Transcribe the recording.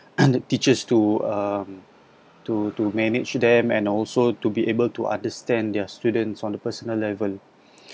and the teachers to um to to manage them and also to be able to understand their students on a personal level